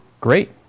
Great